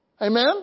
Amen